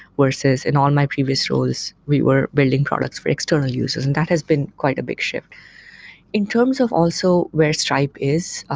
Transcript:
versus in all my pervious roles, we were building products for external users, and that has been quite a big shift in terms of also where stripe is, ah